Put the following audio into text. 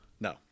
No